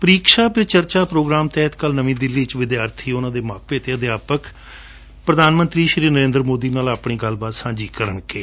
Pariksha Pe Charcha program ਤਹਿਤ ਕੱਲ੍ਹ ਨਵੀ ਦਿੱਲੀ ਵਿਚ ਵਿਦਿਆਰਥੀ ਉਨ੍ਹਂ ਦੇ ਮਾਪੇ ਅਤੇ ਅਧਿਆਪਕ ਪੁਧਾਨ ਮੰਤਰੀ ਸ਼ੀ ਨਰੇਂਦਰ ਮੋਦੀ ਨਾਲ ਆਪਣੀ ਗੱਲਬਾਤ ਸਾਂਝੀ ਕਰਨਗੇ